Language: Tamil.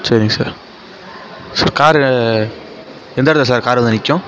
சரிங்க சார் சார் காரு எந்த இடத்துல சார் கார் வந்து நிற்கும்